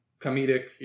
comedic